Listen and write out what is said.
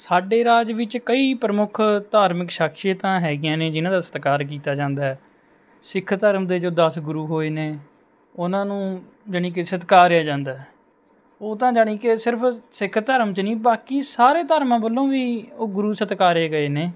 ਸਾਡੇ ਰਾਜ ਵਿੱਚ ਕਈ ਪ੍ਰਮੁੱਖ ਧਾਰਮਿਕ ਸਖਸ਼ੀਅਤਾਂ ਹੈਗੀਆਂ ਨੇ ਜਿਨ੍ਹਾਂ ਦਾ ਸਤਿਕਾਰ ਕੀਤਾ ਜਾਂਦਾ ਹੈ ਸਿੱਖ ਧਰਮ ਦੇ ਜੋ ਦਸ ਗੁਰੂ ਹੋਏ ਨੇ ਉਹਨਾਂ ਨੂੰ ਜਾਣੀ ਕਿ ਸਤਿਕਾਰਿਆ ਜਾਂਦਾ ਹੈ ਉਹ ਤਾਂ ਜਾਣੀ ਕਿ ਸਿਰਫ਼ ਸਿੱਖ ਧਰਮ 'ਚ ਨਹੀਂ ਬਾਕੀ ਸਾਰੇ ਧਰਮਾਂ ਵੱਲੋਂ ਵੀ ਉਹ ਗੁਰੂ ਸਤਿਕਾਰੇ ਗਏ ਨੇ